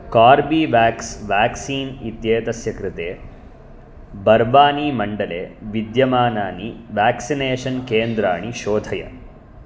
Corbevax vaccine इत्येतस्य कृते बर्बानीमण्डले विद्यमानानि वेक्सिनेषन् केन्द्राणि शोधय